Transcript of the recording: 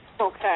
Okay